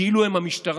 כאילו הם המשטרה,